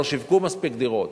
לא שיווקו מספיק דירות.